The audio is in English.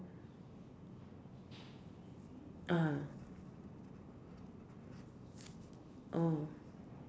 ah oh